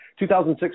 2006